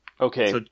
Okay